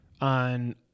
on